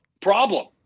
problem